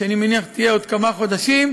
שאני מניח שתהיה עוד כמה חודשים.